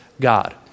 God